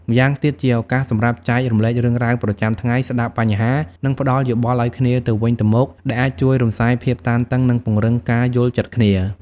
ម្យ៉ាងទៀត ជាឱកាសសម្រាប់ចែករំលែករឿងរ៉ាវប្រចាំថ្ងៃ ស្តាប់បញ្ហា និងផ្តល់យោបល់ឲ្យគ្នាទៅវិញទៅមក ដែលអាចជួយរំសាយភាពតានតឹង និងពង្រឹងការយល់ចិត្តគ្នា។